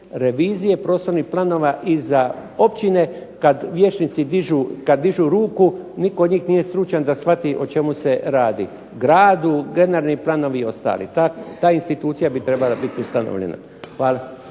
revizije prostornih planova i za općine kad vijećnici dižu, kad dižu ruku nitko od njih nije stručan da shvati o čemu se radi. Gradu plenarni planovi i ostali, ta institucija bi trebala biti ustanovljena. Hvala.